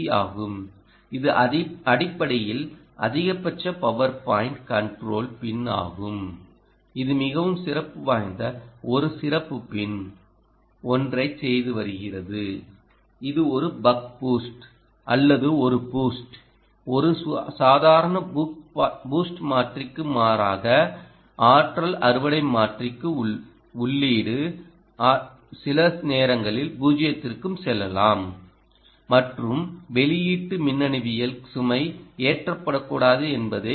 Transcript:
C ஆகும் இது அடிப்படையில் அதிகபட்ச பவர் பாயிண்ட் கண்ட்ரோல் பின் ஆகும் இது மிகவும் சிறப்பு வாய்ந்த ஒரு சிறப்பு பின் ஒன்றைச் செய்து வருகிறது இது ஒரு பக் பூஸ்ட் அல்லது ஒரு பூஸ்ட் ஒரு சாதாரண பூஸ்ட் மாற்றிக்கு மாறாக ஆற்றல் அறுவடை மாற்றிக்கு உள்ளீடு சில நேரங்களில் 0 க்கும் செல்லலாம் மற்றும் வெளியீட்டு மின்னணுவியல் சுமை ஏற்றப்படக்கூடாது என்பதே